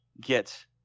get